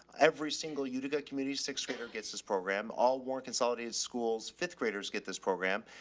every single utica community, sixth grader gets this program. all warren consolidated schools, fifth graders get this program.